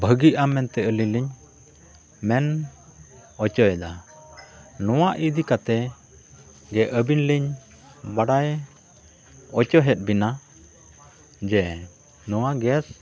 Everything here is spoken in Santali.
ᱵᱷᱟᱹᱜᱤᱜᱼᱟ ᱢᱮᱱᱛᱮ ᱟᱹᱞᱤᱧ ᱞᱤᱧ ᱢᱮᱱ ᱦᱚᱪᱚᱭᱮᱫᱟ ᱱᱚᱣᱟ ᱤᱫᱤ ᱠᱟᱛᱮᱫ ᱡᱮ ᱟᱹᱵᱤᱱ ᱞᱤᱧ ᱵᱟᱰᱟᱭ ᱦᱚᱪᱚᱭᱮᱫ ᱵᱮᱱᱟ ᱡᱮ ᱱᱚᱣᱟ ᱜᱮᱥ